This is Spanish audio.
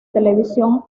televisión